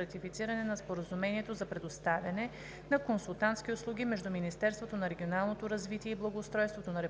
ратифициране на Споразумението за предоставяне на консултантски услуги между Министерството на регионалното развитие и благоустройството на